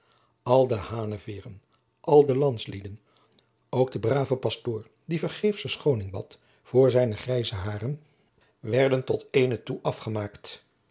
de haneveêren al de landslieden ook de brave pastor die vergeefs verschoning bad voor zijne grijze hairen werden tot eenen toe afgemaakt